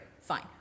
fine